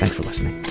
and for listening